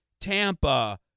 Tampa